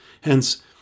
Hence